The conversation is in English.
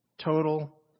Total